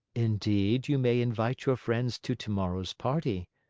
indeed, you may invite your friends to tomorrow's party.